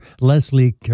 Leslie